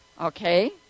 Okay